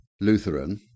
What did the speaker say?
Lutheran